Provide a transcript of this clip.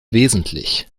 wesentlich